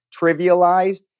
trivialized